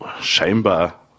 scheinbar